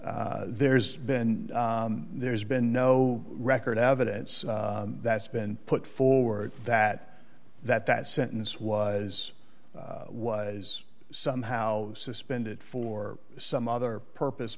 so there's been there's been no record evidence that's been put forward that that that sentence was was somehow suspended for some other purpose